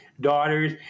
daughters